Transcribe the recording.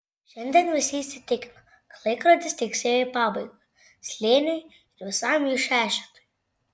šiandien visi įsitikino kad laikrodis tiksėjo į pabaigą slėniui ir visam jų šešetui